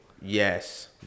yes